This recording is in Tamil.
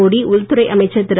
மோடி உள்துறை அமைச்சர் திரு